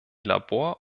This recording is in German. labor